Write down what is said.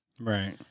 Right